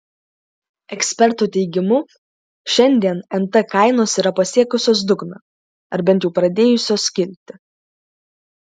ekspertų teigimu šiandien nt kainos yra pasiekusios dugną ar bent jau pradėjusios kilti